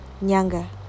Nyanga